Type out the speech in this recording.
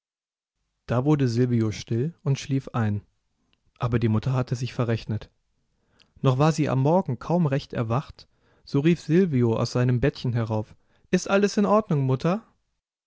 da wurde silvio still und schlief ein aber die mutter hatte sich verrechnet noch war sie am morgen kaum recht erwacht so rief silvio aus seinem bettchen herauf ist alles in ordnung mutter